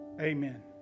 Amen